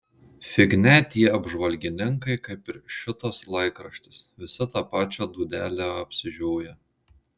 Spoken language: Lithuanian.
fignia tie apžvalgininkai kaip ir šitas laikraštis visi tą pačią dūdelę apsižioję